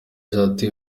ati